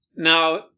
Now